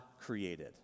created